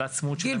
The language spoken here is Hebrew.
העצמאות של המשטרה.